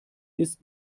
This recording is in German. ist